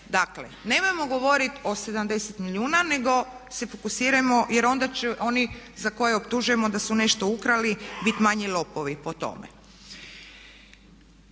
Dakle, nemojmo govoriti o 70 milijuna nego se fokusirajmo jer onda će oni koje optužujemo da su nešto ukrali biti manji lopovi po tome.